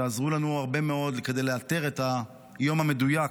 שעזרו לנו הרבה מאוד כדי לאתר את היום המדויק,